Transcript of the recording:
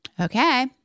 Okay